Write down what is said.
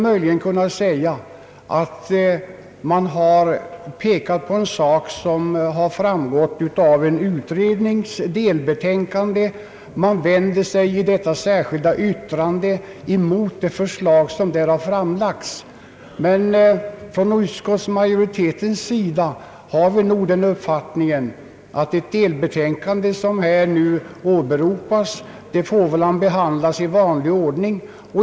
Möjligen kan det sägas att man i det särskilda yttrandet vänder sig mot ett förslag som framlagts i ett delbetänkande från en utredning. Utskottsmajoriteten hävdar uppfattningen att det delbetänkande som åberopas får behandlas i vanlig ordning.